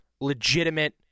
legitimate